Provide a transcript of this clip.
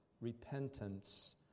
repentance